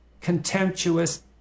Contemptuous